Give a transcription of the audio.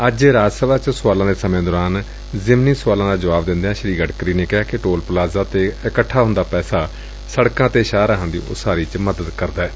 ਅੱਜ ਰਾਜ ਸਭਾ ਚ ਸੁਆਲਾਂ ਦੇ ਸਮੇ ਦੌਰਾਨ ਜ਼ਿਮਨੀ ਸੁਆਲਾਂ ਦਾ ਜੁਆਬ ਦਿੰਦਿਆਂ ਸ੍ਰੀ ਗਡਕਰੀ ਨੇ ਕਿਹਾ ਕਿ ਟੋਲ ਪਲਾਜ਼ਾ ਤੇ ਇਕੱਤਰ ਹੰਦਾ ਪੈਸਾ ਸੜਕਾਂ ਅਤੇ ਸ਼ਾਹ ਰਾਹ ਦੀ ਉਸਾਰੀ ਚ ਮਦਦ ਕਰਦੈ